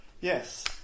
Yes